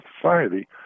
society